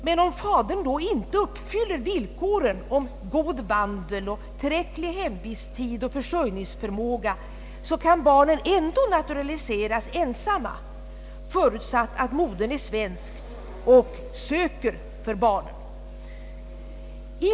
Men om fadern inte uppfyller villkoren om god vandel, tillräckligt lång hemvisttid och försörjningsförmåga, kan barnet ändå naturaliseras ensamt, förutsatt att modern är svensk och ansöker för barnets räkning.